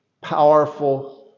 powerful